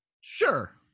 Sure